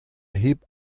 hep